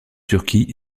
turquie